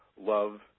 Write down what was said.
Love